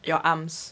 your arms